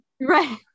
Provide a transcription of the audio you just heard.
Right